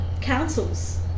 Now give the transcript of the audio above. councils